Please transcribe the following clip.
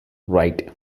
right